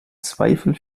zweifel